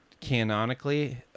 canonically